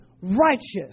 righteous